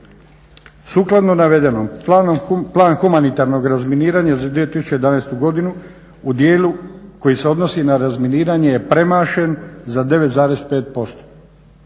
Sukladno navedenom, Plan humanitarnog razminiravanja i 2011. godini u dijelu koji se odnosi na razminiranje je premašen za 9,5%.